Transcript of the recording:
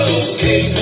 okay